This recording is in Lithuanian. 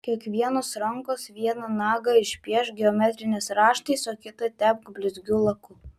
kiekvienos rankos vieną nagą išpiešk geometriniais raštais o kitą tepk blizgiu laku